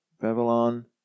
Babylon